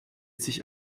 sich